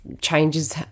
changes